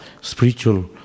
spiritual